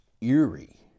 eerie